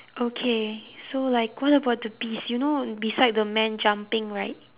okay so like what about the bees you know beside the man jumping right